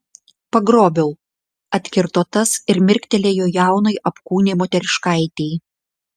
pagrobiau atkirto tas ir mirktelėjo jaunai apkūniai moteriškaitei